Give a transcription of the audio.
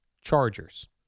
Chargers